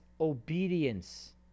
obedience